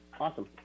awesome